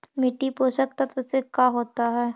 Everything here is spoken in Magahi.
मिट्टी पोषक तत्त्व से का होता है?